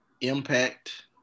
impact